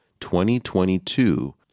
2022